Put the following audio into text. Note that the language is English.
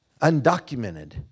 undocumented